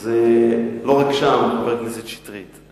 זה לא רק שם, חבר הכנסת שטרית.